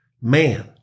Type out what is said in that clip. Man